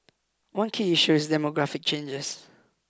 one key issue is demographic changes